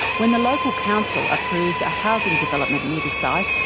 when the local council approved a housing development near the site,